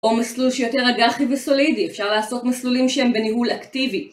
או מסלול שיותר אג"חי וסולידי, אפשר לעשות מסלולים שהם בניהול אקטיבי